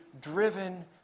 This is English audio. driven